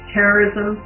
Terrorism